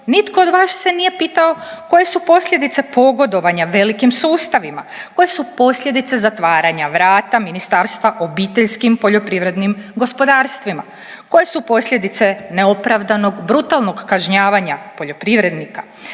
nitko od vas se nije pitao koje su posljedice pogodovanja velikim sustavima, koje su posljedice zatvaranja vrata ministarstva OPG-ovima, koje su posljedice neopravdanog brutalnog kažnjavanja poljoprivrednika.